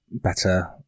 better